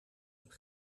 een